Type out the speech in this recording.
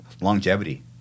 longevity